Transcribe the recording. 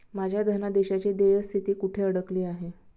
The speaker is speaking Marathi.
माझ्या धनादेशाची देय स्थिती कुठे अडकली आहे?